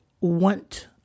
want